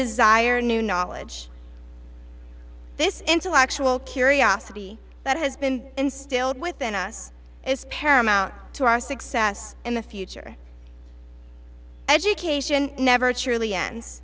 desire new knowledge this intellectual curiosity that has been instilled within us is paramount to our success in the future education never truly ends